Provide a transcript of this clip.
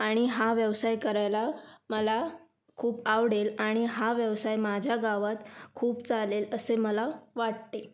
आणि हा व्यवसाय करायला मला खूप आवडेल आणि हा व्यवसाय माझ्या गावात खूप चालेल असे मला वाटते